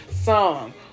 song